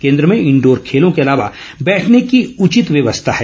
केन्द्र में इनडोर खेलों के अलावा बैठने की उचित व्यवस्था है